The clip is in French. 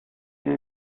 une